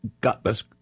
Gutless